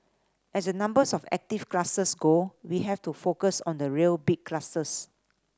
as the numbers of active clusters go we have to focus on the real big clusters